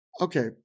Okay